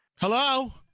Hello